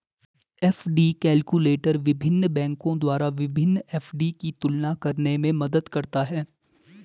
FD calculator विभिन्न बैंकों द्वारा विभिन्न एफ.डी की तुलना करने में मदद करता है